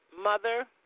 Mother